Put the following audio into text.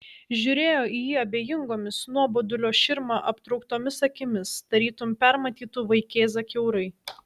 žiūrėjo į jį abejingomis nuobodulio širma aptrauktomis akimis tarytum permatytų vaikėzą kiaurai